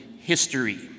history